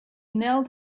knelt